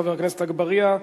חבר הכנסת אגבאריה,